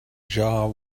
jaw